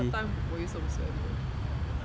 what time were you supposed to end work